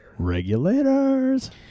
regulators